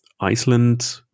Iceland